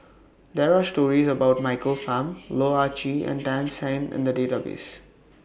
There Are stories about Michael Fam Loh Ah Chee and Tan Shen in The Database